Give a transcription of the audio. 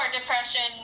depression